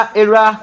era